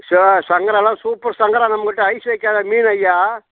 sir சங்கராலாம் super சங்கரா நம்மக்கிட்டே ஐஸ் வைக்காத மீன் ஐயா